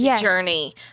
Journey